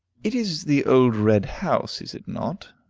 it is the old red house, is it not?